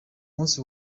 munsi